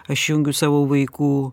aš jungiu savo vaikų